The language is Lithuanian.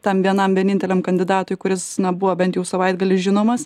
tam vienam vieninteliam kandidatui kuris na buvo bent jau savaitgalį žinomas